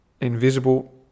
invisible